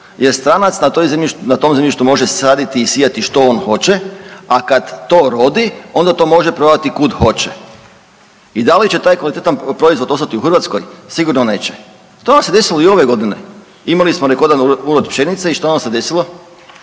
jer stranac na tom zemljištu može saditi i sijati što on hoće a kad to rodi onda to može prodati kud hoće. I dali će taj kvalitetan proizvod ostati u Hrvatskoj, sigurno neće. To vam se desilo i ove godine. Imali smo urod pšenice i što vam se desilo?